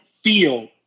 feel